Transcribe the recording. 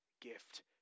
gift